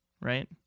right